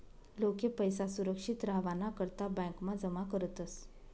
लोके पैसा सुरक्षित रावाना करता ब्यांकमा जमा करतस